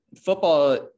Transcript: football